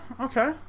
okay